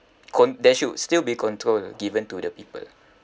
con~ there should still be control given to the people